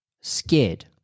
Scared